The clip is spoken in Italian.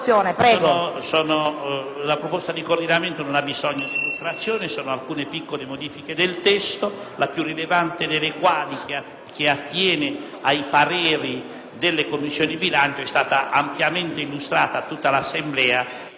alcune piccole modifiche del testo, la più rilevante delle quali, che attiene ai pareri della Commissione bilancio, è stata ampiamente illustrata a tutta l'Assemblea, che ne è a conoscenza. Pertanto, il parere del